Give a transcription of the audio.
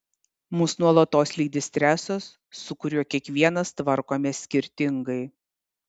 mus nuolatos lydi stresas su kuriuo kiekvienas tvarkomės skirtingai